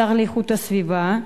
שר לאיכות הסביבה,